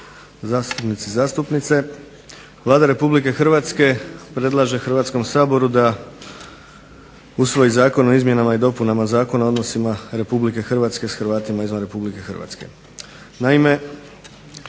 zastupnici i zastupnici. Vlada RH predlaže Hrvatskom saboru da usvoji Zakon o izmjenama i dopunama Zakona o odnosima RH sa Hrvatima izvan RH. Naime, Hrvatski